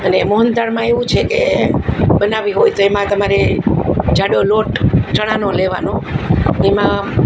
અને મોહનથાળમાં એવું છે કે બનાવવી હોય તો એમાં તમારે જાડો લોટ ચણાનો લેવાનો એમાં